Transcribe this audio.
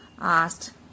asked